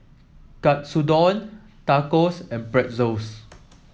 Katsudon Tacos and Pretzel